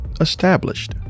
established